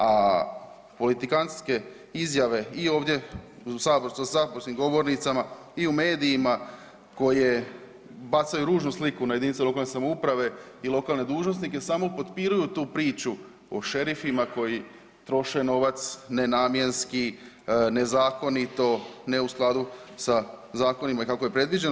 A politikantske izjave i ovdje za saborskim govornicama i u medijima koje bacaju ružnu sliku na jedinice lokalne samouprave i lokalne dužnosnike, samo potpiruju tu priču o šerifima koji troše novac nenamjenski, nezakonito, ne u skladu sa zakonima i kako je predviđeno.